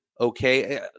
Okay